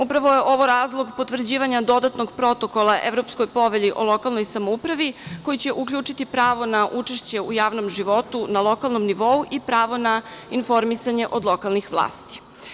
Upravo je ovo razlog potvrđivanja dodatnog Protokola Evropskoj povelji o lokalnoj samoupravi, koji će uključiti pravo na učešće u javnom životu na lokalnom nivou i pravo na informisanje od lokalnih vlasti.